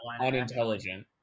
unintelligent